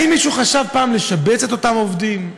האם מישהו חשב פעם לשבץ את אותם עובדים,